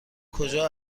کجا